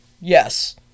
Yes